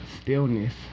stillness